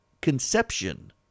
conception